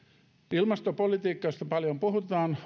ilmastopolitiikasta paljon puhutaan